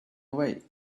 awake